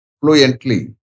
fluently